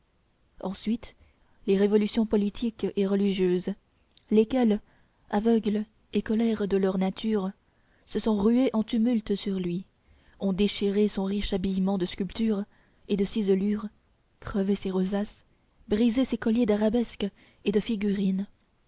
ensuite les révolutions politiques et religieuses lesquelles aveugles et colères de leur nature se sont ruées en tumulte sur lui ont déchiré son riche habillement de sculptures et de ciselures crevé ses rosaces brisé ses colliers d'arabesques et de figurines